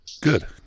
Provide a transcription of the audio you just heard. Good